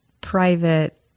private